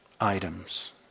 items